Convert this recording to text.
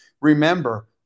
Remember